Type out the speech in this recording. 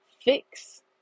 fix